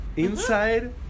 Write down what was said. inside